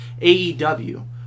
AEW